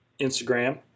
Instagram